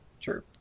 True